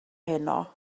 heno